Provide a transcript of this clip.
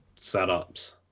setups